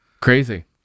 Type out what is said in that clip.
crazy